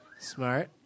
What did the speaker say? Smart